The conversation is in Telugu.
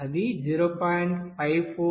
అది 0